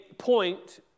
point